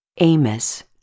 Amos